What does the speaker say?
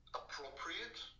appropriate